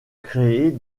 créer